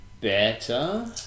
better